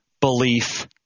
belief